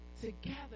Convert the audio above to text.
together